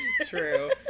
True